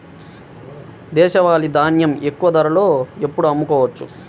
దేశవాలి ధాన్యం ఎక్కువ ధరలో ఎప్పుడు అమ్ముకోవచ్చు?